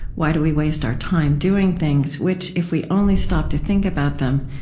why do we waste our time doing things which, if we only stopped to think about them,